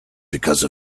because